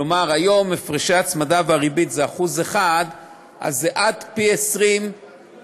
כלומר הפרשי ההצמדה והריבית זה 1% אז הוא יכול לקנוס עד פי-20 מהסכום,